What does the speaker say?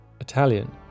Italian